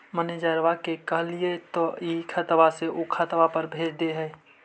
मैनेजरवा के कहलिऐ तौ ई खतवा से ऊ खातवा पर भेज देहै?